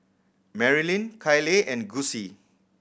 Marilyn Kyleigh and Gussie